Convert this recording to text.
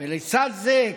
לצד זה,